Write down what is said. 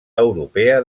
europea